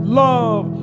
love